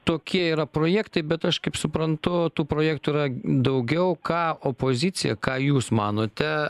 tokie yra projektai bet aš kaip suprantu tų projektų yra daugiau ką opozicija ką jūs manote